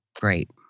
great